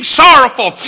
sorrowful